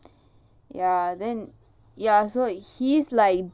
ya then ya so it he's like